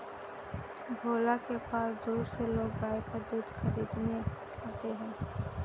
भोला के पास दूर से लोग गाय का दूध खरीदने आते हैं